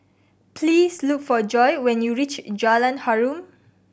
please look for Joye when you reach Jalan Harum